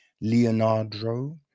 Leonardo